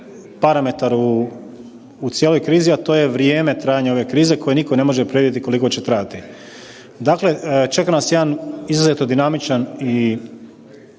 parametar u cijeloj krizi, a to je vrijeme trajanja ove krize, koje nitko ne može predvidjeti koliko će trajati. Dakle, čeka nas jedan izuzetno dinamičan i